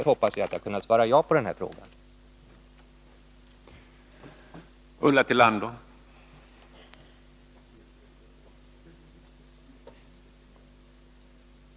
Jag hoppas därför att jag skall kunna svara ja på den fråga Ulla Tillander ställde.